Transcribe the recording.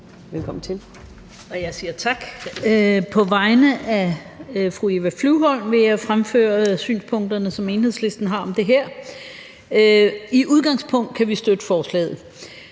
Gottlieb (EL): Jeg siger tak. På vegne af fru Eva Flyvholm vil jeg fremføre synspunkterne, som Enhedslisten har om det her. I udgangspunktet kan vi støtte forslaget.